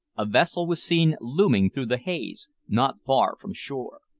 a vessel was seen looming through the haze, not far from shore.